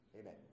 amen